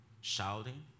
shouting